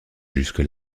jusque